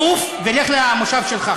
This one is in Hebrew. עוף ולך למושב שלך.